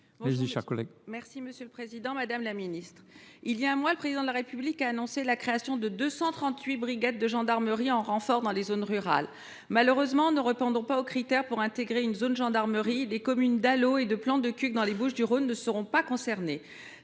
de l’intérieur et des outre mer. Il y a un mois, le Président de la République a annoncé la création de 238 brigades de gendarmerie en renfort dans les zones rurales. Malheureusement, ne répondant pas aux critères pour intégrer une zone de gendarmerie, les communes d’Allauch et de Plan de Cuques, dans les Bouches du Rhône, ne seront pas concernées.